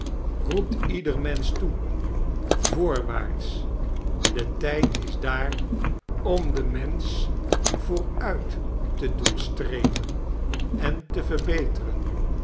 roept ieder mensoh toe voorwaarts de tijd is daar om den mensch vooruit te doen streven en te verbeteren